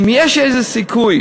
אם יש איזה סיכוי